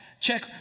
check